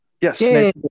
yes